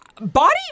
body